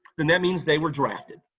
then that means they were drafted.